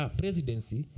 presidency